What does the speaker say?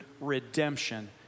redemption